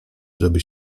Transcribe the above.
żeby